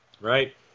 Right